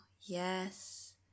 Yes